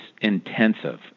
intensive